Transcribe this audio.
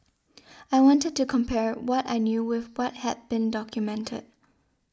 I wanted to compare what I knew with what had been documented